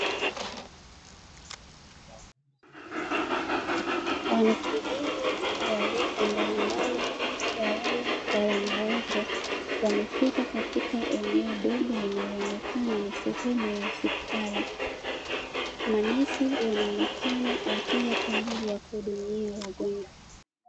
Wanakijiji wa rika mbalimbali waume kwa wanawake, wamefika katika eneo dogo linaloonekana ni sehemu ya hospitali, manesi wanaonekana wakija kwa ajili ya kuhudumia wagonjwa.